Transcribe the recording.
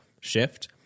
shift